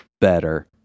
better